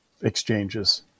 exchanges